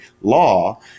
law